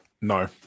No